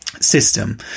system